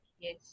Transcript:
Yes